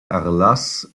erlass